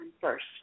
first